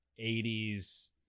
80s